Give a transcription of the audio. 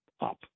up